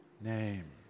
name